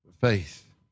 Faith